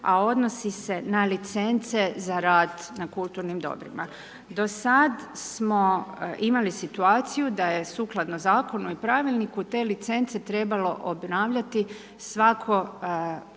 a odnosi se na licence za rad na kulturnim dobrima. Do sada smo imali situaciju da je sukladno zakonu i pravilniku, te licence trebalo obnavljati svakih